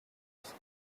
onze